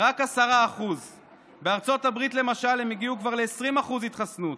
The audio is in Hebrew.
רק 10%. בארה"ב למשל הם הגיעו כבר ל-20% התחסנות,